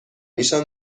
ایشان